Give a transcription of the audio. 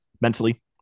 mentally